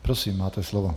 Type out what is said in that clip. Prosím, máte slovo.